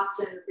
often